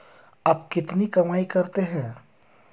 आप कितनी कमाई करते हैं?